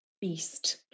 beast